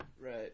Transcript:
Right